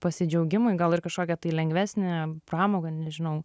pasidžiaugimai gal ir kažkokia tai lengvesnė pramoga nežinau